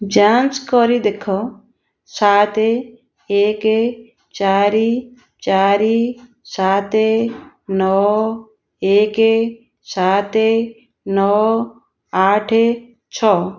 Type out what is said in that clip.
ଯାଞ୍ଚ କରି ଦେଖ ସାତ ଏକ ଚାରି ଚାରି ସାତ ନଅ ଏକ ସାତ ନଅ ଆଠ ଛଅ